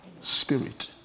spirit